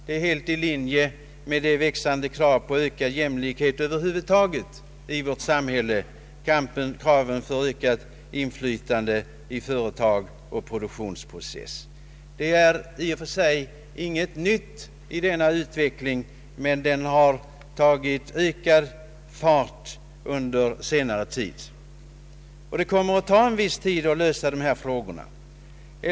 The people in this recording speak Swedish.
Det är helt i linje med de växande kraven på ökad jämlikhet över huvud taget i vårt samhälle, kraven på ökat inflytande i företag och produktionsprocess. Denna utveckling är inte ny, men den har tagit ökad fart under senare tid. Det kommer att ta en viss tid att lösa dessa problem.